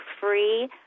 free